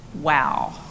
Wow